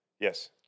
Yes